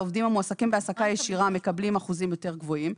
העובדים המועסקים בהעסקה ישירה מקבלים אחוזים יותר גבוהים.